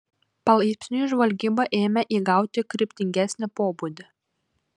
palaipsniui žvalgyba ėmė įgauti kryptingesnį pobūdį